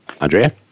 Andrea